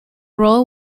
role